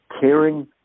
caring